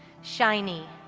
shiny,